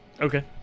Okay